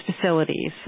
facilities